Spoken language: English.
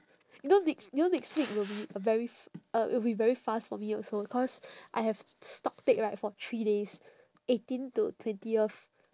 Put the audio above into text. you know next you know next week will be a very f~ uh it will be very fast for me also cause I have s~ stock take right for three days eighteen to twentieth